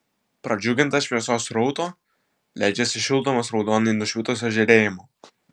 pradžiugintas šviesos srauto leidžiasi šildomas raudonai nušvitusio žėrėjimo